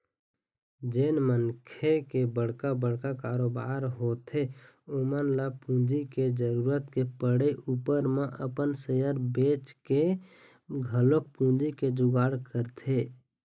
जेन मनखे के बड़का बड़का कारोबार होथे ओमन ल पूंजी के जरुरत के पड़े ऊपर म अपन सेयर बेंचके घलोक पूंजी के जुगाड़ करथे